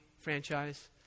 franchise